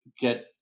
get